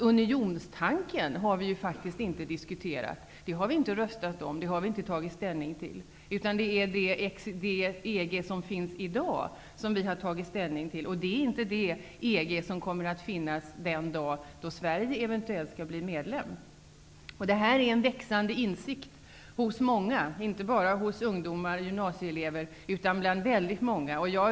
Unionstanken har vi inte diskuterat, röstat om eller tagit ställning till. Det är det EG som finns i dag som vi har tagit ställning till, och det är inte det EG som kommer att finnas den dag då Sverige eventuellt skall bli medlem. Detta är en växande insikt hos många, inte bara hos gymnasieelever och andra ungdomar.